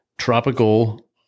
tropical